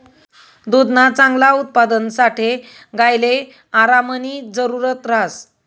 दुधना चांगला उत्पादनसाठे गायले आरामनी जरुरत ह्रास